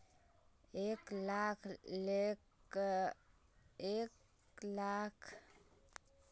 एक लाख केर लोन अगर लिलो ते कतेक कै बरश सोत ती चुकता करबो?